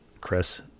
Chris